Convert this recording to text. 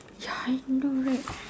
ya I know right